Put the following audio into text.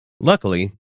Luckily